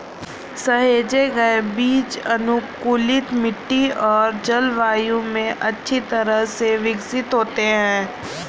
सहेजे गए बीज अनुकूलित मिट्टी और जलवायु में अच्छी तरह से विकसित होते हैं